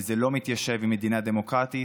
זה לא מתיישב עם מדינה דמוקרטית.